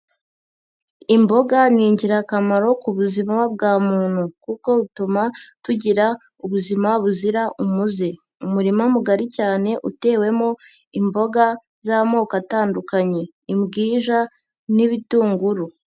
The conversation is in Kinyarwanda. Imboga ni ingirakamaro ku buzima bwa muntu kuko butuma tugira ubuzima buzira umuze. Umurima mugari cyane utewemo imboga z'amoko atandukanye imbwija n'ibitunguru.